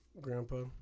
Grandpa